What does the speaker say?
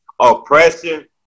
oppression